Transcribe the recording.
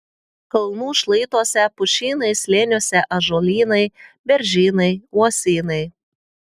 kalnų šlaituose pušynai slėniuose ąžuolynai beržynai uosynai